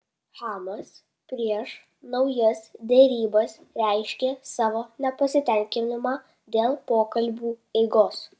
hamas prieš naujas derybas reiškė savo nepasitenkinimą dėl pokalbių eigos